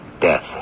death